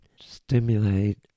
stimulate